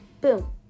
boom